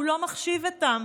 הוא לא מחשיב אותם.